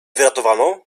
wyratowano